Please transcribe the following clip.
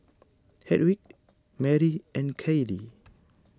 Hedwig Marry and Kailee